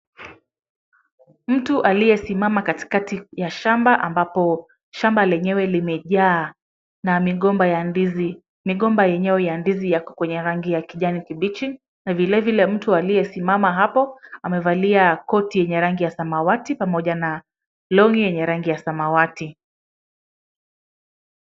Mtu aliyesimama katikati ya shamba ambapo shamba lenyewe limejaa na migomba ya ndizi, migomba yenyewe ya ndizi yako kwenye rangi ya kijani kibichi na vilevile mtu aliyesimama hapo amevalia koti yenye rangi ya samawati pamoja na long'i yenye rangi ya samawati.